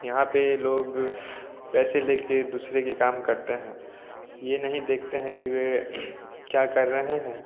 यहाँ पर लोग पैसे लेकर एक दूसरे का काम करते हैं यह नहीं देखते हैं कि वह क्या कर रहे हैं